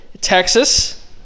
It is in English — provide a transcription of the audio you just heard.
Texas